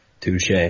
Touche